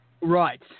Right